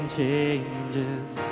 changes